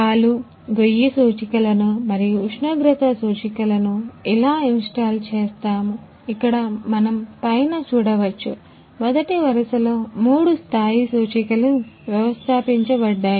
పాలు గొయ్యి సూచికలను మరియు ఉష్ణోగ్రత సూచికలను ఎలా ఇన్స్టాల్ చేస్తాము ఇక్కడ మనం పైన చూడవచ్చు మొదటి వరుసలో మూడు స్థాయి సూచికలు వ్యవస్థాపించబడ్డాయి